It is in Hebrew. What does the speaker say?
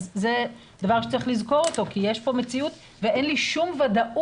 אז זה דבר שצריך לזכור אותו כי יש פה מציאות ואין לי שום ודאות